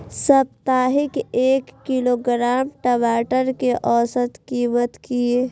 साप्ताहिक एक किलोग्राम टमाटर कै औसत कीमत किए?